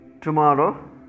tomorrow